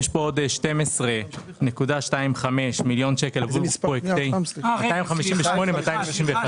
יש פה עוד 12.25 מיליון שקל עבור פרויקטי --- רק רגע,